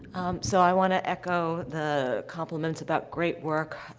um, so i want to echo the compliments about, great work,